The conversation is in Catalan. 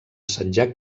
assetjar